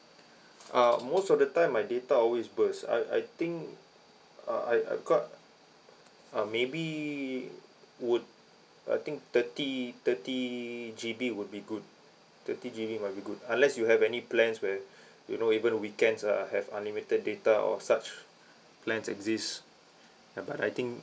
uh most of the time my data always burst I I I think uh I I got uh maybe would I think thirty thirty G_B would be good thirty G_B might be good unless you have any plans where you know even weekends uh have unlimited data or such plans exist ya but I think